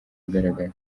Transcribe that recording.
ahagaragara